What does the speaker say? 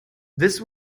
this